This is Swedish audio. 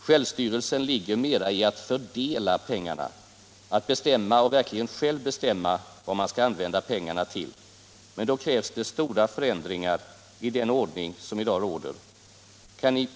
Självstyrelsen ligger mera i att fördela pengarna, att bestämma — och verkligen själv bestämma — vad man skall använda pengarna till. Men då krävs det stora förändringar i den ordning som i dag råder.